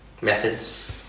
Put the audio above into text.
Methods